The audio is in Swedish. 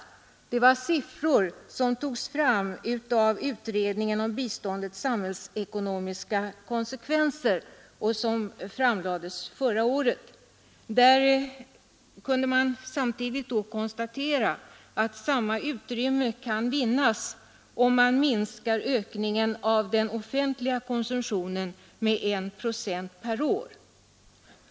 Det är siffror som togs fram av utredningen om biståndets samhällsekonomiska konsekvenser och som framlades förra året. Då kunde man samtidigt konstatera att samma utrymme kan vinnas om man minskar ökningen av den offentliga konsumtionen med 1 procent per år.